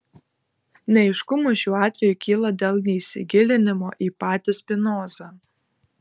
neaiškumų šiuo atveju kyla dėl neįsigilinimo į patį spinozą